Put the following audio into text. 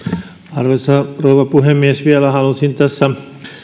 arvoisa rouva puhemies vielä haluaisin tässä